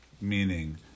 meaning